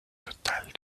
totale